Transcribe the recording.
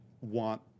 want